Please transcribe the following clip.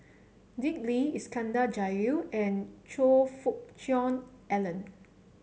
Dick Lee Iskandar Jalil and Choe Fook Cheong Alan